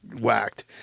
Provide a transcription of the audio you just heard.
whacked